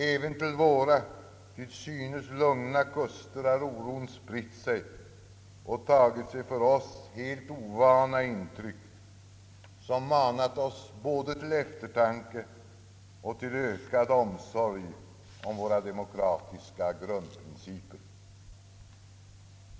Även till våra, till synes lugna kuster har oron spritt sig och tagit sig för oss helt ovana uttryck som manat oss både till eftertanke och till ökad omsorg om våra demokratiska grundprinciper.